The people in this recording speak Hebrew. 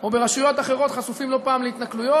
או ברשויות אחרות, חשופים לא פעם להתנכלויות,